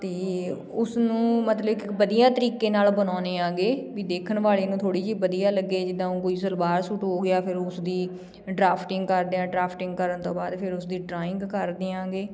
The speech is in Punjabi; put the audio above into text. ਅਤੇ ਉਸ ਨੂੰ ਮਤਲਬ ਕਿ ਵਧੀਆ ਤਰੀਕੇ ਨਾਲ ਬਣਾਉਂਦੇ ਆਗੇ ਵੀ ਦੇਖਣ ਵਾਲੇ ਨੂੰ ਥੋੜ੍ਹੀ ਜਿਹੀ ਵਧੀਆ ਲੱਗੇ ਜਿੱਦਾਂ ਕੋਈ ਸਲਵਾਰ ਸੂਟ ਹੋ ਗਿਆ ਫਿਰ ਉਸ ਦੀ ਡਰਾਫਟਿੰਗ ਕਰਦੇ ਹਾਂ ਡਰਾਫਟਿੰਗ ਕਰਨ ਤੋਂ ਬਾਅਦ ਫਿਰ ਉਸ ਦੀ ਡਰਾਇੰਗ ਕਰ ਦਿਆਂਗੇ